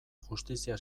justizia